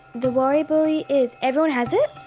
the worry bully is, everyone has it,